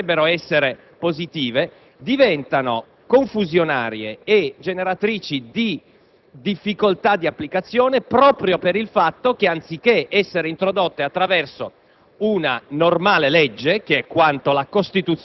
dotate di maggiore contenuto e di meno apparenza, potrebbero essere positive, diventano confusionarie e generatrici di difficoltà di applicazione proprio per il fatto che, anziché essere introdotte attraverso